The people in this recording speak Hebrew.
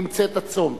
עם צאת הצום.